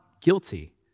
guilty